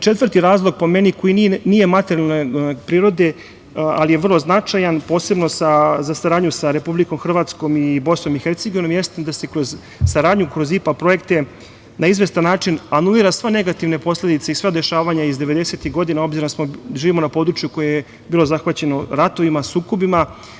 Četvrti razlog, po meni, koji nije materijalne prirode, ali je vrlo značajan, posebno sa saradnju sa Republikom Hrvatskom i BiH, jeste da se kroz saradnju kroz IPA projekte na izvestan način anuliraju sve negativne posledice i sva dešavanja iz 90-ih godina, obzirom da živimo na području koje je bilo zahvaćeno ratovima, sukobima.